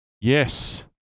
Yes